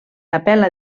apel·la